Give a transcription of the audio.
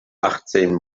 achtzehn